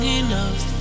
enough